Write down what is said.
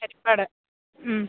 Harippad മ്മ്